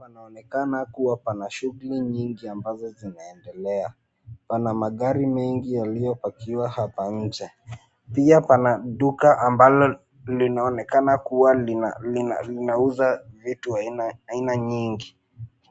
Panaonekana kuwa pana shughuli nyingi ambazo zinaendelea, pana magari mengi yaliyopakiwa hapa nje, pia pana duka ambalo, linaonekana kuwa linauza vitu aina nyingi,